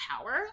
power